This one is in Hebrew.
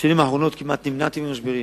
בשנים האחרונות נמנעתי כמעט ממשברים.